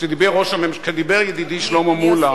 כשדיבר ידידי שלמה מולה,